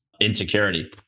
insecurity